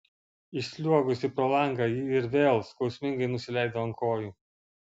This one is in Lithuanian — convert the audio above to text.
išsliuogusi pro langą ji ir vėl skausmingai nusileido ant kojų